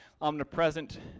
omnipresent